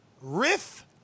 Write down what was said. Riff